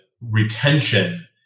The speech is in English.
retention